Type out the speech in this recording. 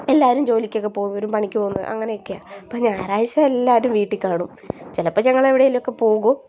എല്ലാവരും ജോലിക്കൊക്കെ പോകുന്നവരും പണിക്ക് പോകുന്ന അങ്ങനെയൊക്കെയാണ് അപ്പം ഞായറാഴ്ച് എല്ലാവരും വീട്ടിൽക്കാണും ചിലപ്പം ഞങ്ങൾ എവിടെയെങ്കിലുമൊക്കെ പോകും